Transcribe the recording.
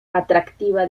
atractiva